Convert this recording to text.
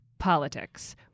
Politics